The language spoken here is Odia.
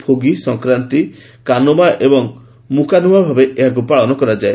ଭୋଗି ସଫକ୍ରାନ୍ତି କାନୁମା ଏବଂ ମୁକାନୁମା ଭାବେ ଏହାକୁ ପାଳନ କରାଯାଏ